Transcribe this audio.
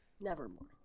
Nevermore